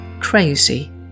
crazy